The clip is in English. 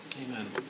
amen